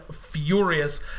furious